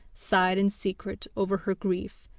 sighed in secret over her grief,